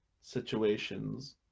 situations